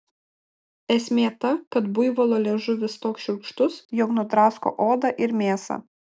esmė ta kad buivolo liežuvis toks šiurkštus jog nudrasko odą ir mėsą